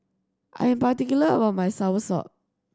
I'm particular about my soursop